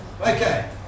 Okay